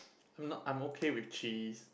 I'm not I'm okay with cheese